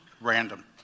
random